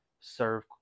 serve